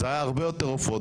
אז היו הרבה יותר עופות,